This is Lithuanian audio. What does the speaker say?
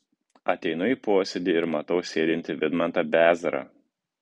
ateinu į posėdį ir matau sėdintį vidmantą bezarą